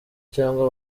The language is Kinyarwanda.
cyangwa